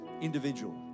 individual